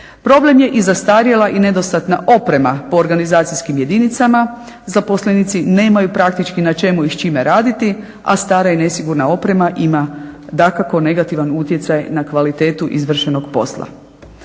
Problem je i zastarjela i nedostatna oprema po organizacijskim jedinicama. Zaposlenici nemaju praktički na čemu i s čime raditi, a stara i nesigurna oprema ima dakako negativan utjecaj na kvalitetu izvršenog posla.